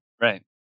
Right